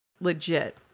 legit